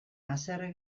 haserre